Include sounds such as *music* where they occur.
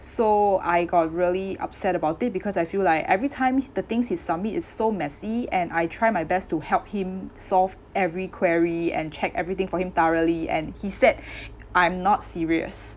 so I got really upset about it because I feel like every time h~ the things he submit is so messy and I try my best to help him solve every query and check everything for him thoroughly and he said *breath* I'm not serious